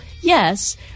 yes